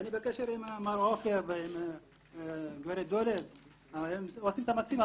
אני בקשר עם עופר ודולב שעושים מאמצים,